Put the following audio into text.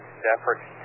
separate